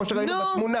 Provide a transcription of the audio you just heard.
כמו שראינו בתמונה,